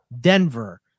Denver